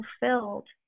fulfilled